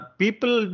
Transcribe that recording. people